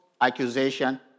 accusation